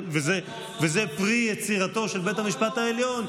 וזה פרי יצירתו של בית המשפט העליון,